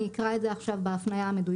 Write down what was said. אני אקרא את זה עכשיו בהפניה המדויקת.